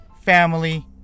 family